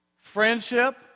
friendship